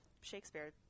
Shakespeare